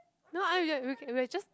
no I'm ju~ we're ca~ we're just